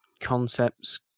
concepts